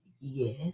Yes